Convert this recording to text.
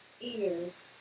ears